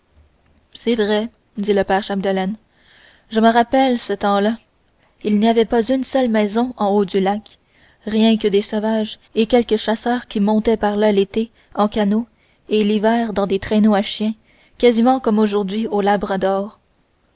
c'est vrai dit le père chapdelaine je me rappelle ce temps-là il n'y avait pas une seule maison en haut du lac rien que des sauvages et quelques chasseurs qui montaient par là l'été en canot et l'hiver dans des traîneaux à chiens quasiment comme aujourd'hui au labrador